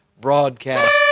broadcast